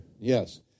Yes